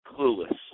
clueless